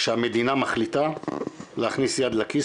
כשהמדינה מחליטה להכניס יד לכיס,